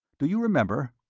do you remember?